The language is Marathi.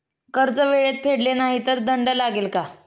कर्ज वेळेत फेडले नाही तर दंड लागेल का?